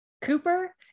cooper